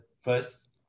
first